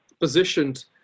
positioned